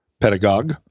Pedagogue